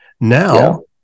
Now